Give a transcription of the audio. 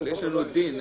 אבל יש לנו את דין,